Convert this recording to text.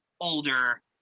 older